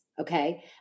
Okay